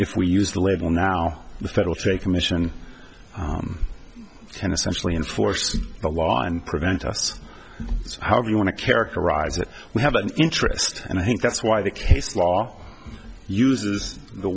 if we use the label now the federal trade commission and essentially enforce the law and prevent us how you want to characterize it we have an interest and i think that's why the case law uses the